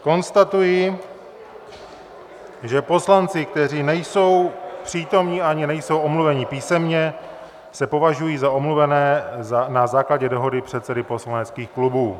Konstatuji, že poslanci, kteří nejsou přítomni ani nejsou omluveni písemně, se považují za omluvené na základě dohody předsedů poslaneckých klubů.